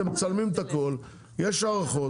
אתם מצלמים את הכל, יש הערכות.